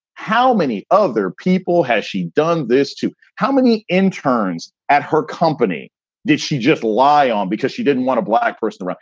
how many other people has she done this to? how many interns at her company did she just lie on because she didn't want a black person?